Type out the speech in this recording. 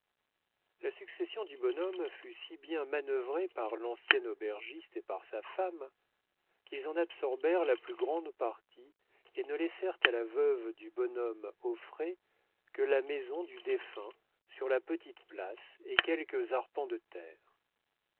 la succession du bonhomme fut si bien manœuvrée par l'ancien aubergiste et par sa femme qu'ils en absorbèrent la plus grande partie et ne laissèrent à la veuve du bonhomme auffray que la maison du défunt sur la petite place et quelques arpents de terre